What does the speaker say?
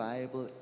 Bible